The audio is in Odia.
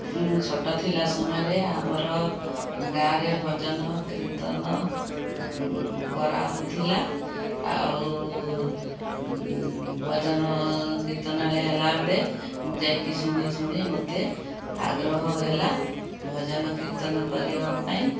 ମୁଁ ଛୋଟ ଥିଲା ସମୟରେ ଆମର ଗାଁରେ ଭଜନ କୀର୍ତ୍ତନ କରା ହଉ ଥିଲା ଆଉ ଭଜନ କୀର୍ତ୍ତନରେ ହେଲାବେଳେ ମୁଁ ଯାଇକି ଶୁଣି ଶୁଣି ମୋତେ ଆଗ୍ରହ ହେଲା ଭଜନ କୀର୍ତ୍ତନ କରିବା ପାଇଁ